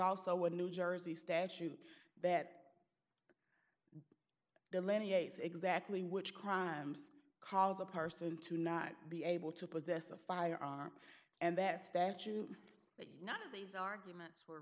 also a new jersey statute that delineates exactly which crimes calls a person to not be able to possess a firearm and that statute that none of these arguments were